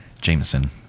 Jameson